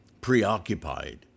Preoccupied